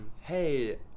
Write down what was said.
hey